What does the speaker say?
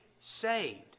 saved